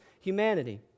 humanity